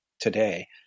today